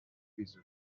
pisos